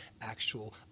actual